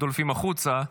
דולפים החוצה.